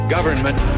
Government